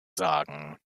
sagen